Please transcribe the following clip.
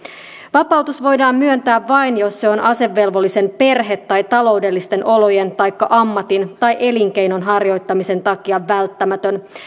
vapautus voidaan myöntää vain jos se on asevelvollisen perhe tai taloudellisten olojen taikka ammatin tai elinkeinon harjoittamisen takia välttämätön